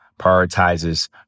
prioritizes